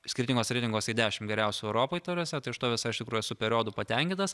skirtinguose reitinguose į dešimt geriausių europoje ta prasme tai aš tuo visai tikrai esu periodu patenkintas